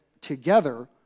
together